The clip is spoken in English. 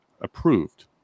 approved